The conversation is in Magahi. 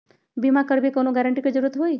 बिमा करबी कैउनो गारंटर की जरूरत होई?